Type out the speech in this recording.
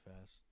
fast